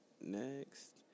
next